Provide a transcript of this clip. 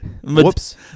whoops